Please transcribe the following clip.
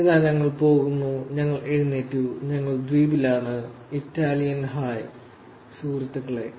ഇതാ ഞങ്ങൾ പോകുന്നു ഞങ്ങൾ എഴുന്നേറ്റു ഞങ്ങൾ ദ്വീപിലാണ് ഹായ് സുഹൃത്തുക്കളേ